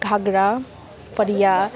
घाग्रा फरिया